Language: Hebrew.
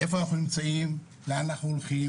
איפה אנחנו נמצאים, לאן אנחנו הולכים.